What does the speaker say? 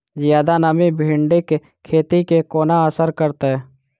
जियादा नमी भिंडीक खेती केँ कोना असर करतै?